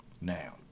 Now